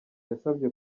yasabye